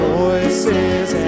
voices